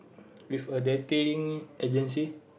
with a dating urgency